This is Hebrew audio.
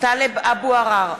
טלב אבו עראר,